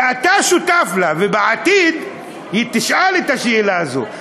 ואתה שותף לה, ובעתיד תישאל השאלה הזאת.